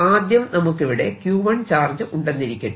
ആദ്യം നമുക്കിവിടെ Q1 charge ഉണ്ടെന്നിരിക്കട്ടെ